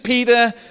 Peter